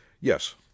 Yes